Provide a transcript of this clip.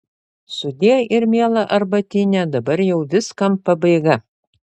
sudie ir miela arbatine dabar jau viskam pabaiga